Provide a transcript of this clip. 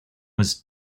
was